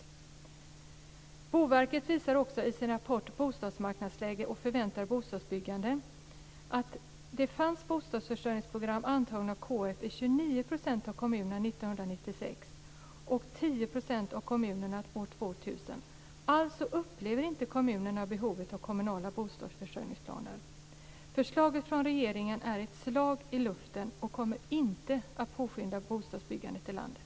Boverket visar också i sin rapport Bostadsmarknadsläge och förväntat bostadsbyggande att det fanns bostadsförsörjningsprogram antagna av kommunstyrelsen i 29 % av kommunerna 1996 och i 10 % av kommunerna år 2000. Alltså upplever inte kommunerna behovet av kommunala bostadsförsörjningsplaner. Förslaget från regeringen är ett slag i luften och kommer inte att påskynda bostadsbyggandet i landet.